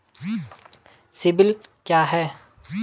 CIBIL क्या है?